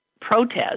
protests